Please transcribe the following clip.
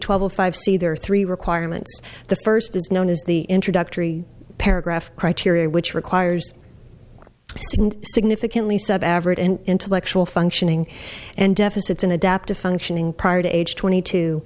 twelve of five c there are three requirements the first is known as the introductory paragraph criteria which requires significantly sub average intellectual functioning and deficits in adaptive functioning prior to age twenty two